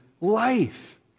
life